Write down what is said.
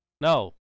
no